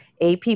ap